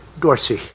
Dorsey